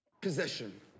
possession